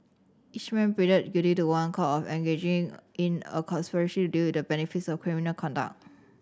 each man pleaded guilty to one count of engaging in a conspiracy to deal with the benefits of criminal conduct